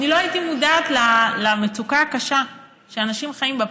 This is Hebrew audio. אני לא הייתי מודעת למצוקה הקשה שאנשים חיים בה.